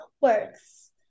works